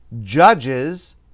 judges